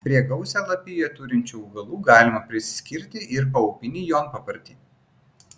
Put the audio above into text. prie gausią lapiją turinčių augalų galima priskirti ir paupinį jonpapartį